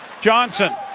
Johnson